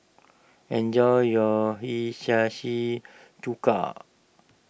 enjoy your Hiyashi Chuka